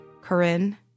Corinne